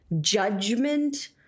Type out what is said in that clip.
judgment